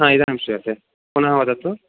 हा इदानीं श्रूयते पुनः वदतु